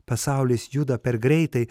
pasaulis juda per greitai